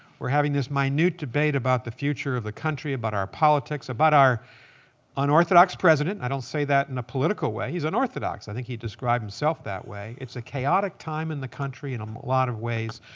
we're having this minute debate about the future of the country, about our politics, about our unorthodox president. i don't say that in a political way. he's unorthodox. i think he described himself that way. it's a chaotic time in the country in a lot of ways.